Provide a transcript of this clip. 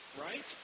right